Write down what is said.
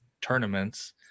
tournaments